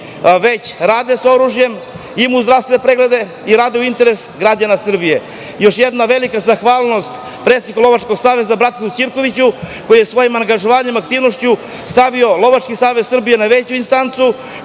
već rade sa oružjem, imaju zdravstvene preglede i rade u interesu građana Srbije. Još jedna velika zahvalnost predsedniku Lovačkog saveza, Bratislavu Ćirkoviću, koji je svojim angažovanjem, aktivnošću stavio Lovački savez Srbije na veću instancu,